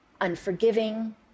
unforgiving